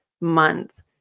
month